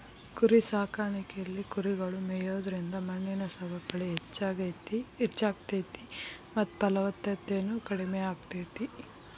ಕುರಿಸಾಕಾಣಿಕೆಯಲ್ಲಿ ಕುರಿಗಳು ಮೇಯೋದ್ರಿಂದ ಮಣ್ಣಿನ ಸವಕಳಿ ಹೆಚ್ಚಾಗ್ತೇತಿ ಮತ್ತ ಫಲವತ್ತತೆನು ಕಡಿಮೆ ಆಗ್ತೇತಿ